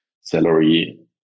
salary